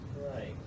Right